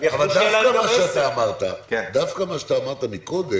דווקא מה שאמרת קודם,